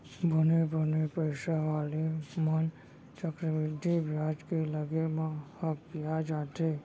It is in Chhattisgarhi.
बने बने पइसा वाले मन चक्रबृद्धि बियाज के लगे म हकिया जाथें